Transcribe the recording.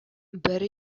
бер